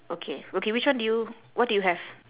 okay okay which one do you what do you have